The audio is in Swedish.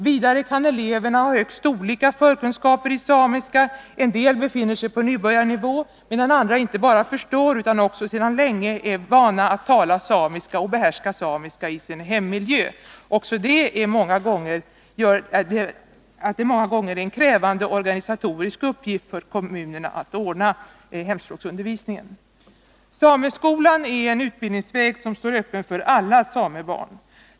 Vidare kan eleverna ha högst olika förkunskaper i samiska — en del befinner sig på nybörjarnivå, medan andra inte bara förstår utan också sedan länge är vana att tala samiska i sin hemmiljö och behärskar språket. Också det gör att det många gånger är en krävande organisatorisk uppgift för kommunerna att ordna hemspråksundervisningen. Sameskolan är en utbildningsväg som står öppen för alla samebarn.